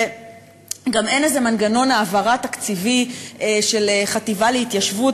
וגם אין איזה מנגנון העברה תקציבי של חטיבה להתיישבות,